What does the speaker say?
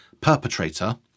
perpetrator